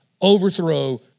overthrow